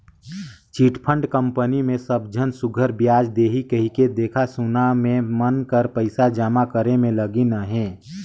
chit fund company मे सब झन सुग्घर बियाज देथे कहिके देखा सुना में मन कर पइसा जमा करे में लगिन अहें